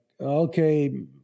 Okay